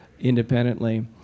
independently